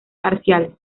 parciales